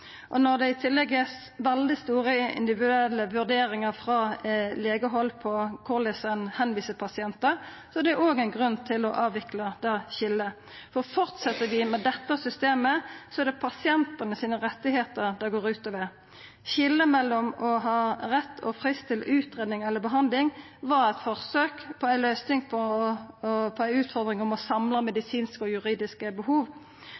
behandling. Når det i tillegg er veldig store forskjellar i den individuelle vurderinga frå legehald om korleis ein sender pasientar vidare, er det òg ein grunn til å avvikla det skiljet. Fortset vi med dette systemet, er det pasientane sine rettar det går ut over. Skiljet mellom å ha rett og frist til utgreiing eller behandling var eit forsøk på ei løysing på ei utfordring med å samla medisinske og juridiske behov,